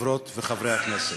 חברות וחברי הכנסת,